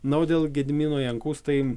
na o dėl gedimino jankaus tai